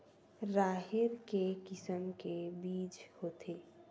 राहेर के किसम के बीज होथे?